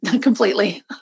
completely